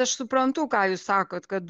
aš suprantu ką jūs sakot kad